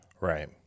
right